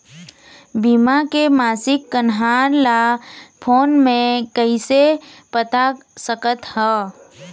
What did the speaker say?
बीमा के मासिक कन्हार ला फ़ोन मे कइसे पता सकत ह?